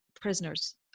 prisoners